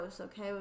okay